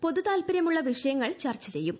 പൊതു പാല്പര്യമുള്ള വിഷയങ്ങൾ ചർച്ച ചെയ്യും